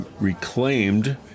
reclaimed